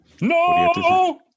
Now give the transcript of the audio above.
No